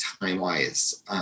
time-wise